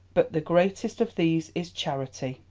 but the greatest of these is charity.